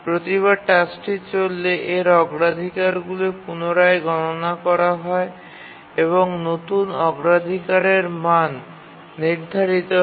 প্রতিবার টাস্কটি চললে এর অগ্রাধিকারগুলি পুনরায় গণনা করা হয় এবং নতুন অগ্রাধিকারের মান নির্ধারিত হয়